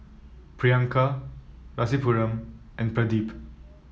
Priyanka Rasipuram and Pradip